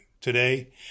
today